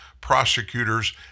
Prosecutors